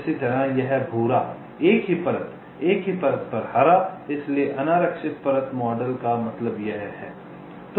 इसी तरह यह भूरा एक ही परत एक ही परत पर हरा इसलिए अनारक्षित परत मॉडल का मतलब यह है